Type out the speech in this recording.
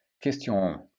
Question